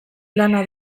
lana